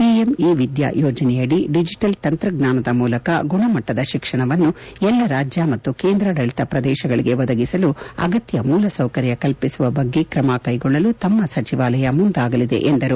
PM e Vidya ಯೋಜನೆಯಡಿ digital ತಂತ್ರಜ್ವಾನದ ಮೂಲಕ ಗುಣಮಟ್ಟದ ಶಿಕ್ಷಣವನ್ನು ಎಲ್ಲಾ ರಾಜ್ಯ ಮತ್ತು ಕೇಂದ್ರಾಡಳಿತ ಪ್ರದೇಶಗಳಿಗೆ ಒದಗಿಸಲು ಅಗತ್ತ ಮೂಲ ಸೌಕರ್ಯಗಳನ್ನು ಕಲ್ಪಿಸುವ ಬಗ್ಗೆ ತ್ರಮ ಕೈಗೊಳ್ಳಲು ತಮ್ಮ ಸಚಿವಾಲಯ ಮುಂದಾಗಲಿದೆ ಎಂದು ಹೇಳಿದರು